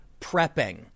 prepping